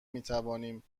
میتوانیم